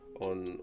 on